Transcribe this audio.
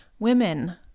Women